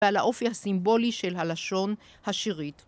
ועל האופי הסימבולי של הלשון השירית.